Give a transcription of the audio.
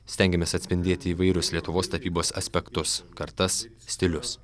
stengiamės atspindėti įvairius lietuvos tapybos aspektus kartas stilius